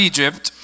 Egypt